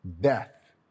death